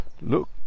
look